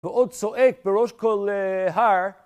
ועוד צועק בראש כל הר